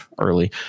early